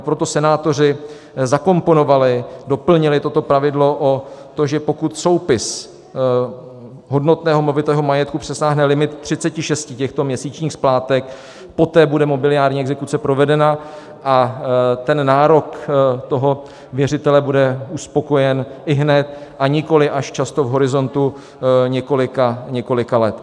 Proto senátoři zakomponovali, doplnili toto pravidlo o to, že pokud soupis hodnotného movitého majetku přesáhne limit 36 těchto měsíčních splátek, poté bude mobiliární exekuce provedena a nárok věřitele bude uspokojen ihned, a nikoli až často v horizontu několika let.